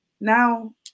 Now